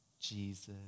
Jesus